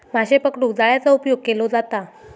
माशे पकडूक जाळ्याचा उपयोग केलो जाता